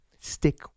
stick